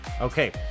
Okay